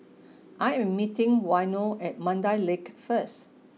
I am meeting Waino at Mandai Lake first